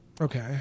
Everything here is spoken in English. Okay